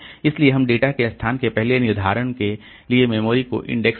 इसलिए हम डेटा के स्थान के पहले निर्धारण के लिए मेमोरी को इंडेक्स में रखते हैं